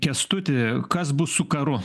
kęstuti kas bus su karu